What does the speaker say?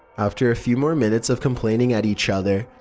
after a few more minutes of complaining at each other,